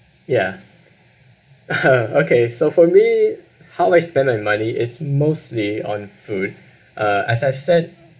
ya (uh huh) okay so for me how I spend my money is mostly on food uh as I said